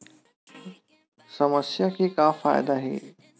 समस्या के का फ़ायदा हे?